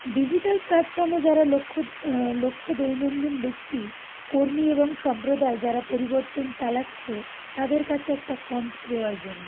digital প্ল্যাটফর্মে যারা লক্ষ্য লক্ষ্য দৈনন্দিন ব্যক্তি কর্মী এবং সম্প্রদায় যারা পরিবর্তন চালাচ্ছে তাদের কাছে একটা কণ্ঠ দেওয়ার জন্য